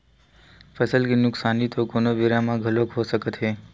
फसल के नुकसानी तो कोनो बेरा म घलोक हो सकत हे